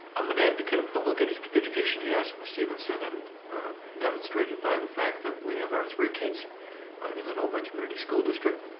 i'm an advocate of public education, yes, ms. stevenson, and demonstrated by the fact that we have our three kids in the novi community school district.